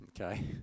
okay